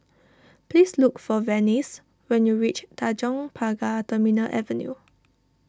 please look for Venice when you reach Tanjong Pagar Terminal Avenue